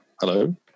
hello